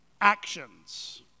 actions